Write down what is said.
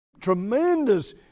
tremendous